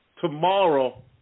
Tomorrow